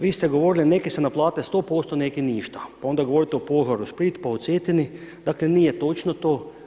Vi ste govorili neki se naplate 100%, neki ništa, pa onda govorite o požaru Split, pa o Cetini, dakle nije točno to.